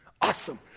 Awesome